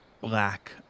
black